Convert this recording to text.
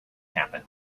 happen